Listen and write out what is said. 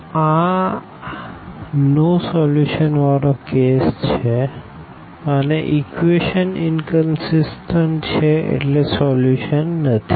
તો આ નો સોલ્યુશન વારો કેસ છે અને ઇક્વેશનઇનકનસીસટન્ટ છે એટલે સોલ્યુશન નથી